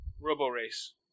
Robo-Race